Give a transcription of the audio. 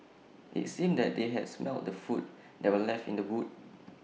IT seemed that they had smelt the food that were left in the boot